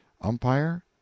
Umpire